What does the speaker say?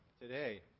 today